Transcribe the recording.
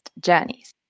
Journeys